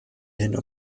hin